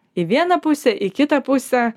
į vieną pusę į kitą pusę